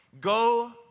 go